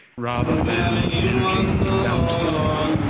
rather than an energy imbalance disorder.